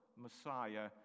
Messiah